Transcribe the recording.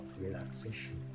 relaxation